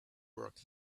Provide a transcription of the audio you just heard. work